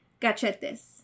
Gachetes